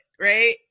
right